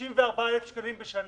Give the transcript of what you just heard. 64,000 שקלים בשנה.